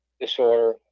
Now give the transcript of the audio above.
disorder